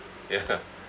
ya